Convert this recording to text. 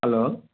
hello